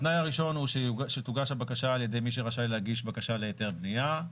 התנאי הראשון הוא שתוגש הבקשה על-ידי מי שרשאי להגיש בקשה להיתר בנייה.